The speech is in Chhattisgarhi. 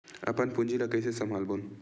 अपन पूंजी ला कइसे संभालबोन?